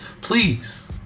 Please